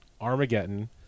Armageddon